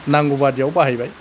नांगौबादियाव बाहायबाय